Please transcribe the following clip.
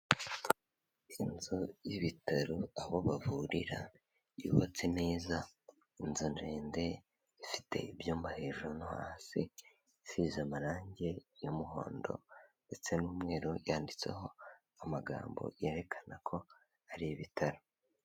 Inzu y'ibitaro aho bavurira yubatse neza, inzu ndende ifite ibyuma hejuru no hasi, isize amarangi y'umuhondo ndetse n'umweru yanditseho amagambo yerekana ko ari ibitaro.